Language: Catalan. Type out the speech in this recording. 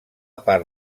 part